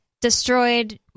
destroyed